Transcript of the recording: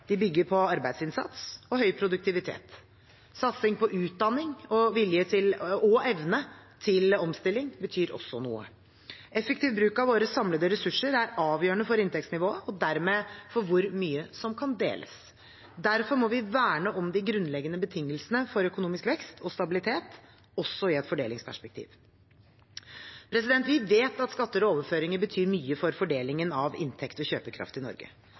De bygger på arbeidsinnsats og høy produktivitet. Satsing på utdanning og vilje og evne til omstilling betyr også noe. Effektiv bruk av våre samlede ressurser er avgjørende for inntektsnivået, og dermed for hvor mye som kan deles. Derfor må vi verne om de grunnleggende betingelsene for økonomisk vekst og stabilitet, også i et fordelingsperspektiv. Vi vet at skatter og overføringer betyr mye for fordelingen av inntekt og kjøpekraft i Norge.